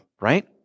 right